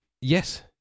Yes